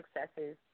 successes